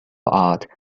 art